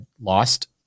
lost